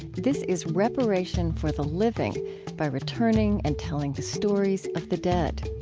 this is reparation for the living by returning and telling the stories of the dead